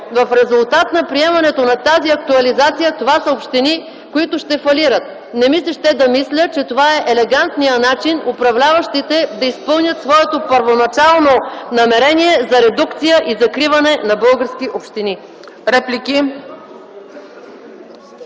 в резултат на приемането на тази актуализация това са общини, които ще фалират. Не ми се иска да мисля, че това е елегантният начин управляващите да изпълнят своето първоначално намерение за редукция и закриване на български общини.